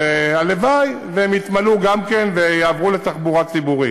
הלוואי שגם הם יתמלאו, ויעברו לתחבורה ציבורית.